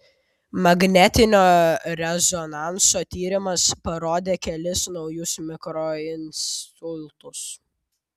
magnetinio rezonanso tyrimas parodė kelis naujus mikroinsultus